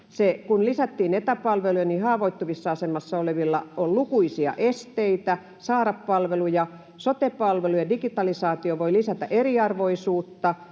kun lisättiin etäpalveluja: ”Haavoittuvassa asemassa olevilla on lukuisia esteitä saada palveluja”, ”Sote-palvelujen digitalisaatio voi lisätä eriarvoisuutta”,